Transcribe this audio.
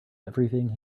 everything